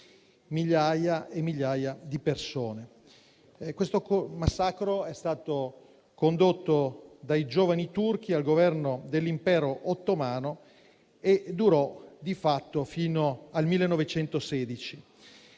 migliaia e migliaia di persone. Questo massacro, condotto dai Giovani Turchi al Governo dell'Impero ottomano, durò, di fatto, fino al 1916.